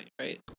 right